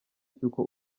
cy’uko